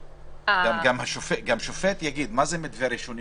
גם שופט יגיד: מה זה מתווה ראשוני